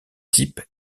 type